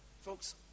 Folks